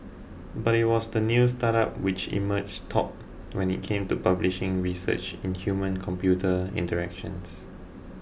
but it was the new startup which emerged top when it came to publishing research in humancomputer interactions